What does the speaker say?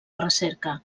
recerca